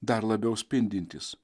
dar labiau spindintys